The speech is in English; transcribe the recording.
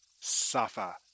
suffer